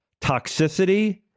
toxicity